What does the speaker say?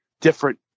different